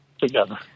together